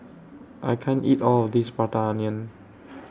I can't eat All of This Prata Onion